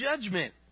judgment